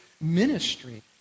ministry